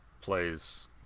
plays